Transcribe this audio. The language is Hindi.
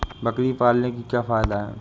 बकरी पालने से क्या फायदा है?